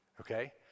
okay